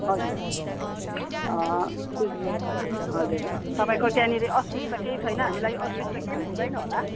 हजुर त हजुर तपाईँको त्यहाँनिर असुविस्ता केही छैन हामीलाई असुविस्ता केही पनि हुँदैन होला